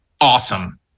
awesome